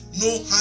no